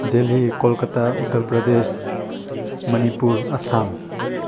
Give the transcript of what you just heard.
Delhi Kolkata Uttar Pradesh Manipur Assam